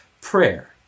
prayer